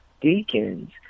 deacons